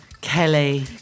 kelly